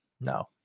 No